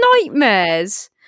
nightmares